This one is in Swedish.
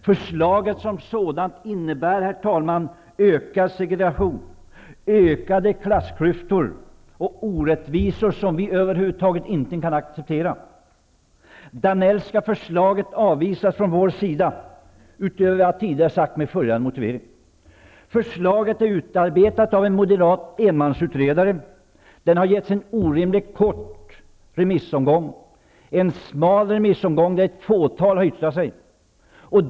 Förslaget som sådant innebär ökad segregation, ökade klassklyftor och orättvisor, som vi över huvud taget inte kan acceptera. Det Danellska förslaget avvisas från vår sida, utöver vad jag tidigare har sagt, med följande motivering. Förslaget är utarbetat av en moderat enmansutredare och har getts en orimligt kort och ''smal'' remissomgång, där ett fåtal har yttrat sig.